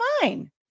fine